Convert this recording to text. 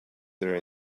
their